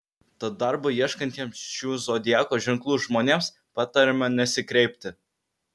tad darbo ieškantiems šių zodiako ženklų žmonėms patariama nesikreipti